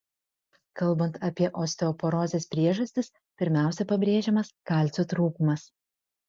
kalbant apie osteoporozės priežastis pirmiausia pabrėžiamas kalcio trūkumas